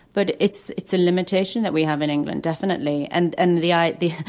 but it's it's a limitation that we have in england. definitely. and and the i the